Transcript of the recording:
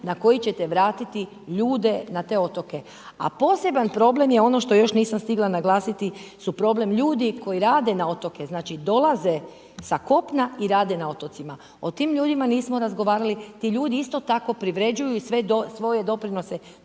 na koji ćete vratiti ljude na te otoke. A poseban problem je ono što još nisam stigla naglasiti su problem ljudi koji rade na otocima. Znači dolaze sa kopna i rade na otocima. O tim ljudima nismo razgovarali, ti ljudi isto tako privređuju i sve svoje doprinose